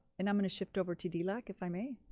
and i'm going to shift over to d lac if i may.